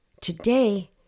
Today